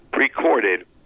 recorded